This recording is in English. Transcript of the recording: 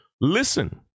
Listen